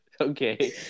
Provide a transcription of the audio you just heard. Okay